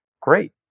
great